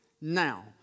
Now